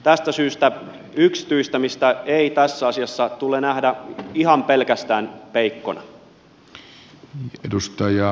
tästä syystä yksityistämistä ei tässä asiassa tule nähdä ihan pelkästään peikkona